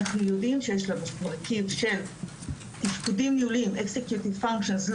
אנחנו יודעים שיש לה מרכיב של תפקודים ניהוליים לא תקינים,